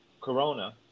Corona